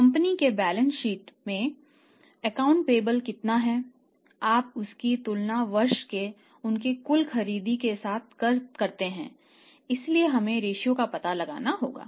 company के balance sheet का पता लगाना होगा